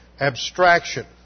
abstraction